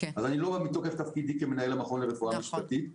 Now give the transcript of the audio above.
אז אני לא בא מתוקף תפקידי כמנהל המכון לרפואה משפטית,